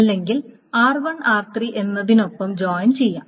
അല്ലെങ്കിൽ r1 r3 എന്നതിനൊപ്പം join ചെയ്യാം